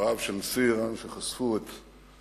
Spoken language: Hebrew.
דבריו של נשיא אירן שחשפו את מטרותיו,